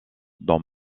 dans